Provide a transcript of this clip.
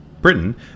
Britain